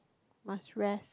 must rest